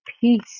peace